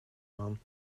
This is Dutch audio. man